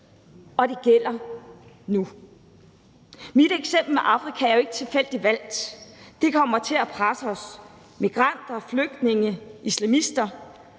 og det gælder nu. Mit eksempel med Afrika er jo ikke tilfældigt valgt, for det kommer til at presse os, og det drejer sig om migranter,